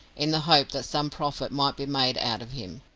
in the hope that some profit might be made out of him.